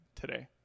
today